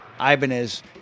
Ibanez